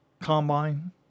combine